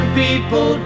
people